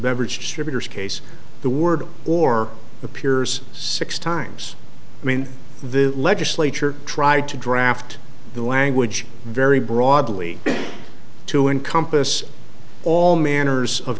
beverage distributors case the word or appears six times i mean the legislature tried to draft the language very broadly to encompass all manners of